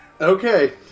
Okay